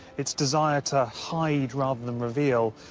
its desire to hide rather than reveal.